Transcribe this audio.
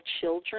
children